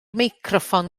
meicroffon